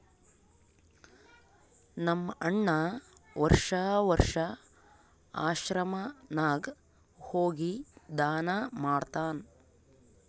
ನಮ್ ಅಣ್ಣಾ ವರ್ಷಾ ವರ್ಷಾ ಆಶ್ರಮ ನಾಗ್ ಹೋಗಿ ದಾನಾ ಮಾಡ್ತಾನ್